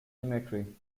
cemetery